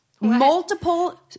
multiple